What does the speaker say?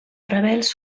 rebels